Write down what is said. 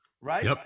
right